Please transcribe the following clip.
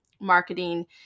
marketing